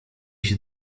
się